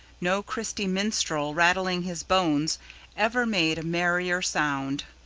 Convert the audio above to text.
no christy minstrel rattling his bones ever made a merrier sound.